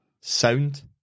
sound